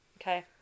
Okay